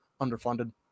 underfunded